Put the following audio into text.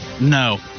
No